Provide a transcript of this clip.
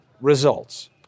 results